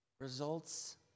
results